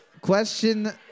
Question